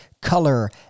color